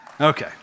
Okay